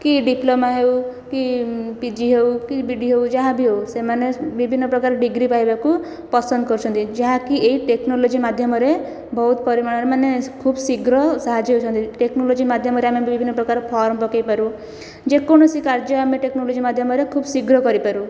କି ଡିପ୍ଲୋମା ହେଉ କି ପିଜି ହେଉ କି ବି ଇ ଡି ହେଉ କି ଯାହା ବି ହେଉ ସେମାନେ ବିଭିନ୍ନ ପ୍ରକାର ଡିଗ୍ରୀ ପାଇବାକୁ ପସନ୍ଦ କରୁଛନ୍ତି ଯାହାକି ଏହି ଟେକ୍ନୋଲୋଜି ମାଧ୍ୟମରେ ବହୁତ ପରିମାଣରେ ଖୁବ ଶୀଘ୍ର ସାହାଯ୍ୟ ହେଉଛନ୍ତି ଟେକ୍ନୋଲୋଜି ମାଧ୍ୟମରେ ଆମେ ବିଭିନ୍ନ ପ୍ରକାର ଫର୍ମ ପକେଇପାରୁ ଯେକୌଣସି କାର୍ଯ୍ୟ ଆମେ ଟେକ୍ନୋଲୋଜି ମାଧ୍ୟମରେ ଖୁବ ଶୀଘ୍ର କରିପାରୁ